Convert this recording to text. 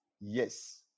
yes